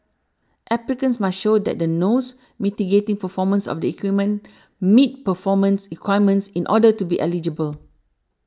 applicants must show that the nose mitigating performance of the equipment meets performance requirements in order to be eligible